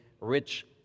rich